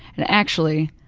and actually,